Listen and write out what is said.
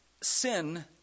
sin